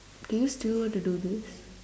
do you still want to do this